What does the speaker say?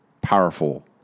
powerful